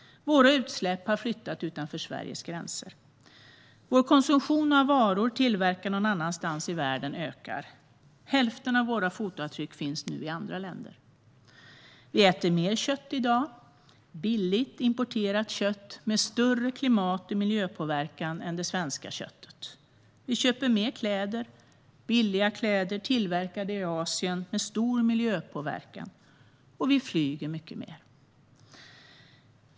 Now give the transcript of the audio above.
Våra utsläpp har flyttat utanför Sveriges gränser. Vår konsumtion av varor tillverkade någon annanstans i världen ökar. Hälften av våra fotavtryck finns nu i andra länder. Vi äter mer kött i dag - billigt importerat kött med större klimat och miljöpåverkan än det svenska köttet. Vi köper mer kläder - billiga kläder tillverkade i Asien med stor miljöpåverkan. Och vi flyger mycket mer.